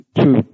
two